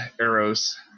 arrows